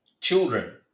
Children